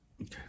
Okay